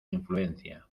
influencia